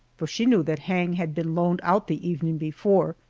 for she knew that hang had been loaned out the evening before.